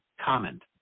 comment